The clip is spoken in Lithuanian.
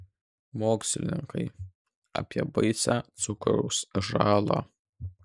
mokslininkai apie baisią cukraus žalą